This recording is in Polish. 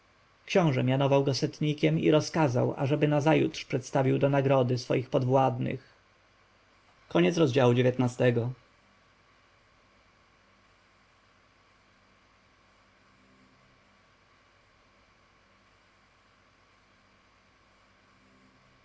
książę mianował go setnikiem i rozkazał aby nazajutrz przedstawił do nagrody swoich podwładnych